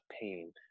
pain